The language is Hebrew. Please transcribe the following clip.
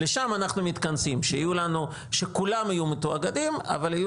לשם אנחנו מתכנסים שכולם יהיו מתואגדים אבל יהיו